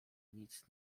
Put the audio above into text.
nic